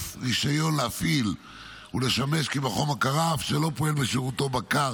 רישיון להפעיל ולשמש מכון בקרה אף שלא פועל בשירותו בקר